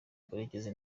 karekezi